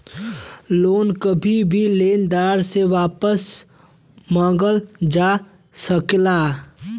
loan कभी भी लेनदार से वापस मंगल जा सकला